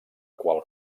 qual